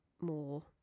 more